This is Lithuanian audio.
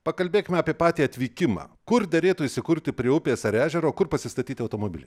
pakalbėkime apie patį atvykimą kur derėtų įsikurti prie upės ar ežero kur pasistatyti automobilį